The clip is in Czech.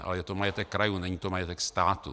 Ale je to majetek krajů, není to majetek státu.